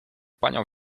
panią